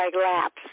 laps